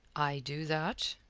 i do that.